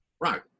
Right